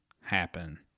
happen